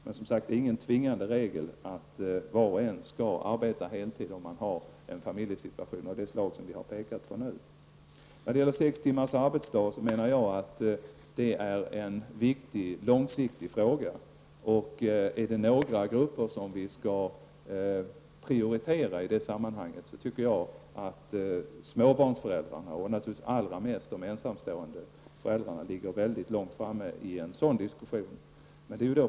Men det är ingen tvingande regel att var och en skall arbeta heltid om man har en familjesituation av det slag som vi har diskuterat nu. Sex timmars arbetsdag är en viktig långsiktig fråga. Är det några grupper som skall prioriteras i det sammanhanget, är det småbarnsföräldrarna och naturligtvis de ensamstående föräldrarna som ligger mycket långt framme i en sådan diskussion.